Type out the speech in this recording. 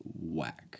whack